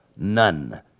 None